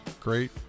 great